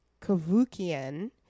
Kavukian